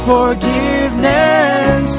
Forgiveness